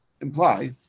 imply